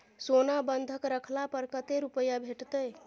सोना बंधक रखला पर कत्ते रुपिया भेटतै?